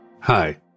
Hi